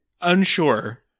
unsure